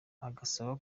agasaba